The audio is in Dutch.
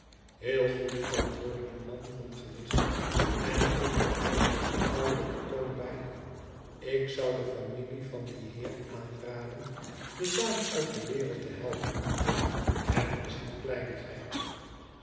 heel goed antwoordde de man van gewicht en voegde er op vertrouwelijken toon by ik zou de familie van dien heer aanraden de zaak uit de wereld te helpen het is een kleinigheid